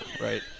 right